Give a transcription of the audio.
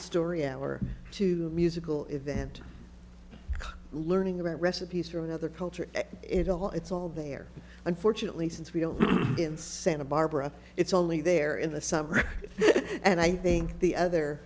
story hour to musical event learning about recipes for another culture it all it's all there unfortunately since we don't in santa barbara it's only there in the summer and i think the other